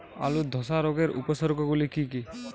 আলুর ধসা রোগের উপসর্গগুলি কি কি?